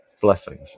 blessings